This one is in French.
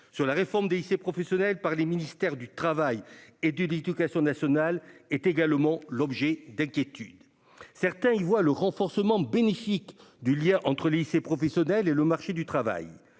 sur la réforme des lycées professionnels par les ministères chargés du travail et de l'éducation nationale est également l'objet d'inquiétudes. Certains y voient le renforcement bénéfique du lien entre le lycée professionnel et le marché du travail